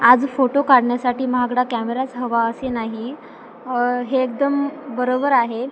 आज फोटो काढण्यासाठी महागडा कॅमेराच हवा असे नाही हे एकदम बरोबर आहे